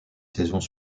saisons